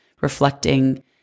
reflecting